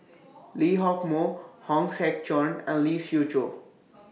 Lee Hock Moh Hong Sek Chern and Lee Siew Choh